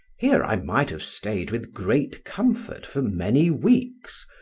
here i might have stayed with great comfort for many weeks,